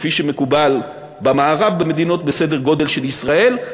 כפי שמקובל במערב במדינות בסדר גודל של ישראל.